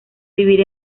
vivir